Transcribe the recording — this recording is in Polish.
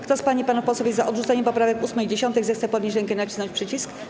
Kto z pań i panów posłów jest za odrzuceniem poprawek 8. i 10., zechce podnieść rękę i nacisnąć przycisk.